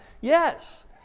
Yes